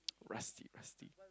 rusty rusty